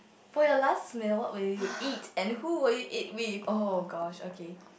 for your last meal what would you eat and who would you eat with oh-gosh okay